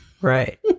Right